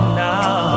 now